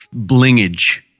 blingage